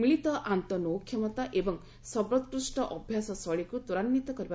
ମିଳିତ ଆନ୍ତଃ ନୌକ୍ଷମତା ଏବଂ ସର୍ବୋଚ୍ଚଷ୍ଟ ଅଭ୍ୟାସ ଶୈଳୀକୁ ତ୍ୱରାନ୍ୱିତ କରିବା